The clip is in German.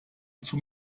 zum